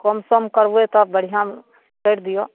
कम सम करबय तब बढ़िआँ करि दियौ